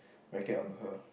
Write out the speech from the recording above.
racket on her